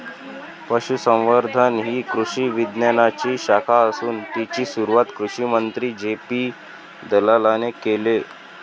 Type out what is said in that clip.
पशुसंवर्धन ही कृषी विज्ञानाची शाखा असून तिची सुरुवात कृषिमंत्री जे.पी दलालाने केले